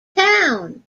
town